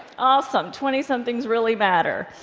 awesome, twentysomethings really matter.